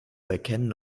erkennen